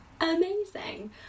amazing